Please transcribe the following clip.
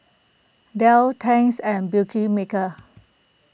Dell Tangs and Beautymaker